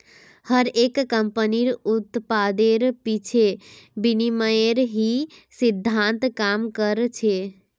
हर एक कम्पनीर उत्पादेर पीछे विनिमयेर ही सिद्धान्त काम कर छे